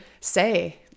say